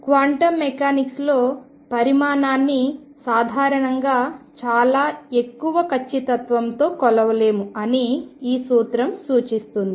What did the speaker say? quantum మెకానిక్స్లో పరిమాణాన్ని సాధారణంగా చాలా ఎక్కువ ఖచ్చితత్వంతో కొలవలేము అని ఈ సూత్రం సూచిస్తుంది